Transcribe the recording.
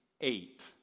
eight